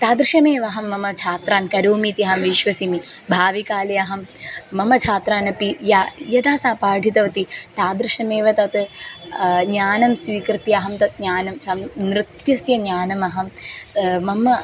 तादृशमेव अहं मम छात्रान् करोमि इति अहं विश्वसिमि भाविकाले अहं मम छात्रान् अपि या यदा सा पाठितवती तादृशमेव तत् ज्ञानं स्वीकृत्य अहं तत् ज्ञानं सम् नृत्यस्य ज्ञानमहं मम